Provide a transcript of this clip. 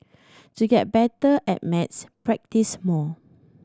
to get better at maths practise more